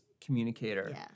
communicator